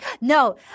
No